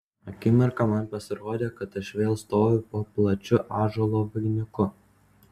akimirką man pasirodė kad aš vėl stoviu po plačiu ąžuolo vainiku